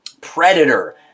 Predator